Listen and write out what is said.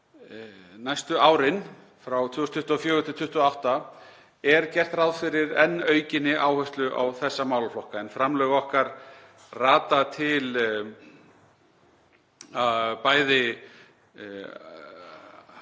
næstu árin, frá 2024–2028, er gert ráð fyrir enn aukinni áherslu á þessa málaflokka. Framlög okkar rata til sérstakra